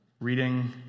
Reading